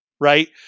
Right